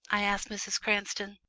i asked mrs. cranston.